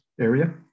area